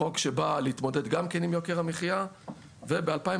חוק שבא להתמודד גם כן עם יוקר המחיה; וב-2017